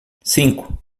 cinco